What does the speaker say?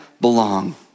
belong